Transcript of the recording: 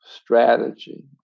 strategy